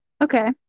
Okay